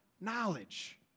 knowledge